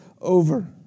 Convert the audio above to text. over